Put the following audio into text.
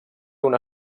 una